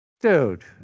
Dude